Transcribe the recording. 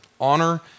Honor